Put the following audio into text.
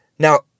Now